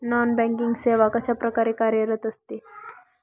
Non banking सेवा कशाप्रकारे कार्यरत असते?